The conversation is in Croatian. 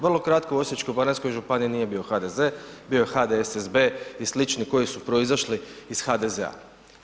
Vrlo kratko u Osječko-baranjskoj županiji nije bio HDZ, bio je HDSSB i slični koji su proizašli iz HDZ-a.